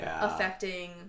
affecting